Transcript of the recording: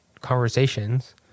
conversations